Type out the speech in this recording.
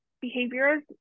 behaviors